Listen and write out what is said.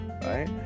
right